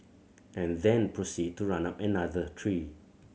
and then proceed to run up another tree